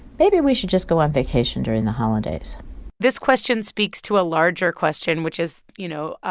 maybe we should just go on vacation during the holidays this question speaks to a larger question, which is, you know,